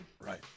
Right